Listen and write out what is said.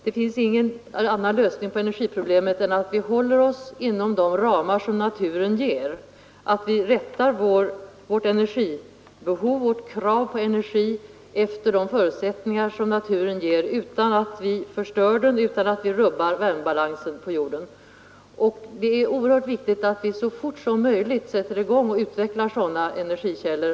Det finns ingen annan lösning på energiproblemet än att vi håller oss inom de ramar som naturen ger, att vi rättar vårt energibehov och krav på energi efter de förutsättningar som naturen ger utan att vi förstör den, utan att vi rubbar värmebalansen på jorden. Det är oerhört viktigt att vi så fort som möjligt sätter i gång och utvecklar sådana energikällor.